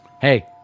hey